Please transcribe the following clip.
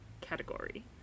category